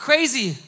Crazy